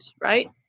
right